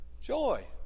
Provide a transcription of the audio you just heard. Joy